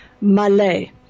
Malay